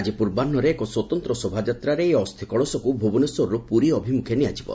ଆକି ପୂର୍ବାହ୍ବରେ ଏକ ସ୍ୱତନ୍ତ ଶୋଭାଯାତ୍ରାରେ ଏହି ଅସ୍ସି କଳସକୁ ଭୁବନେଶ୍ୱରରୁ ପୁରୀ ଅଭିମୁଖେ ନିଆଯିବ